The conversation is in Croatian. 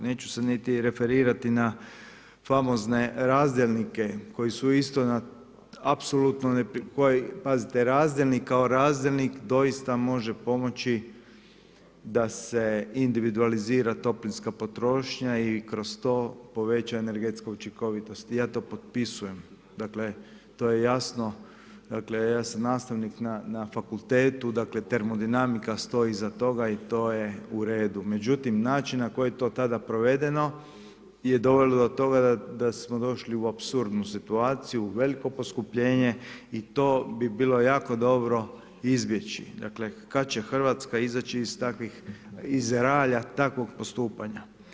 Neću niti referirati na famozne razdjelnike koji su isto na apsolutno, pazite razdjelnik kao razdjelnik doista može pomoći da se individualizira toplinska potrošnja i kroz to poveća energetska učinkovitost, ja to potpisujem, dakle to je jasno, dakle ja sam znanstvenik na fakultetu, dakle termodinamika stoji iza toga i to je u redu, međutim način na koji je to tada provedeno je dovelo do toga da smo došli u apsurdnu situaciju, u veliko poskupljenje i to bi bilo jako dobro izbjeći, dakle kad će Hrvatska izaći iz takvih, iz ralja takov postupanja.